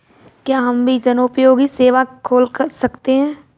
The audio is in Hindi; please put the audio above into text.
क्या हम भी जनोपयोगी सेवा खोल सकते हैं?